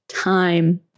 time